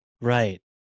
Right